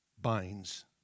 binds